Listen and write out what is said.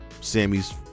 Sammy's